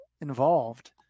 involved